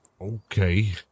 Okay